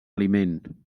aliment